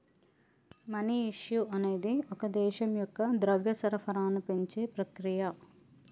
money issue అనేది ఒక దేశం యొక్క ద్రవ్య సరఫరాను పెంచే ప్రక్రియ